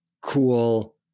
cool